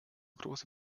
große